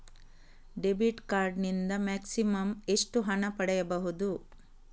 Debit card ನಿಂದ maximum ಎಷ್ಟು ಹಣ ಪಡೆಯಬಹುದು?